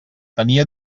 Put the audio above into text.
tenia